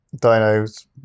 dino's